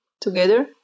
together